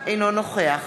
אינו נוכח